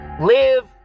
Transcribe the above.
live